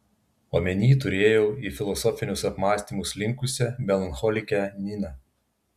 omeny turėjau į filosofinius apmąstymus linkusią melancholikę niną